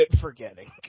forgetting